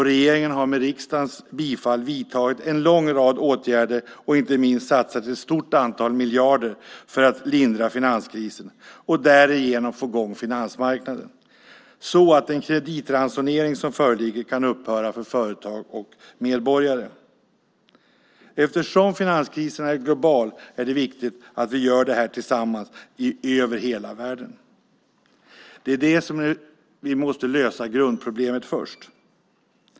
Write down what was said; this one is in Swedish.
Regeringen har med riksdagens bifall vidtagit en lång rad åtgärder, och inte minst satsat ett stort antal miljarder, för att lindra finanskrisen och därigenom få i gång finansmarknaden så att den kreditransonering som föreligger kan upphöra för företag och medborgare. Eftersom finanskrisen är global är det viktigt att vi gör detta tillsammans över hela världen. Vi måste lösa grundproblemet först.